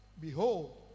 Behold